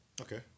Okay